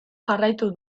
jarraitu